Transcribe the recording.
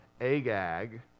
Agag